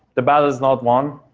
the battle is not won.